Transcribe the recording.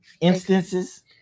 instances